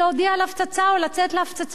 או לצאת להפצצה בלי להודיע?